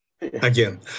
Again